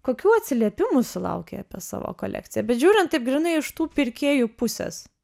kokių atsiliepimų sulaukei apie savo kolekciją bet žiūrint taip grynai iš tų pirkėjų pusės